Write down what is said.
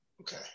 Okay